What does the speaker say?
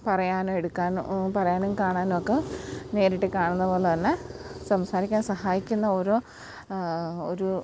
പറയാനും എടുക്കാനും പറയാനും കാണാനുമൊക്കെ നേരിട്ട് കാണുന്നത് പോലെ തന്നെ സംസാരിക്കാൻ സഹായിക്കുന്ന ഓരോ ഒരു